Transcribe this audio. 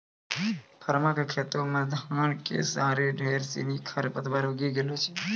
परमा कॅ खेतो मॅ धान के साथॅ ढेर सिनि खर पतवार उगी गेलो छेलै